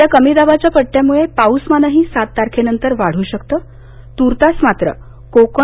या कमी दाबाच्या पट्ट्यामुळे पाऊसमानही सात तारखेनंतर वाढू शकतं तूर्तास मात्र कोकण